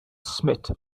smit